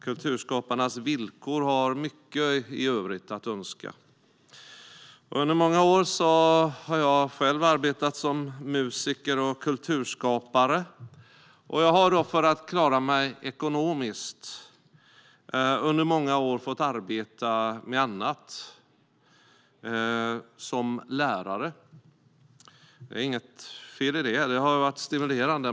Kulturskaparnas villkor lämnar mycket övrigt att önska. Under många år har jag själv arbetat som musiker och kulturskapare. För att klara mig ekonomiskt har jag under många år fått arbeta med annat, som lärare. Det är inget fel i det, och det har varit stimulerande.